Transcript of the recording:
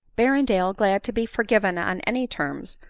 berrendale, glad to be forgiven on any terms,